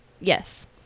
Yes